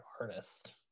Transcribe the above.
artist